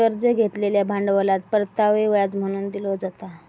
कर्ज घेतलेल्या भांडवलात परतावो व्याज म्हणून दिलो जाता